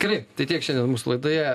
gerai tai tiek šiandien mūsų laidoje